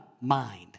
mind